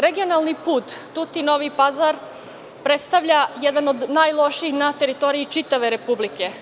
Regionalni put Tutin-Novi Pazar predstavlja jedan od najlošijih na teritoriji čitave Republike.